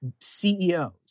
CEOs